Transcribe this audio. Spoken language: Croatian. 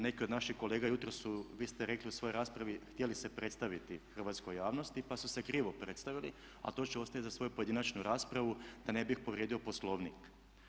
Neke od naših kolega jutros su, vi ste rekli u svojoj raspravi, htjeli se predstaviti hrvatskoj javnosti pa su se krivo predstavili ali to ću ostaviti za svoju pojedinačnu raspravu da ne bih povrijedio Poslovnik.